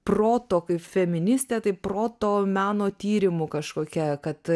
proto kaip feministė tai proto meno tyrimu kažkokia kad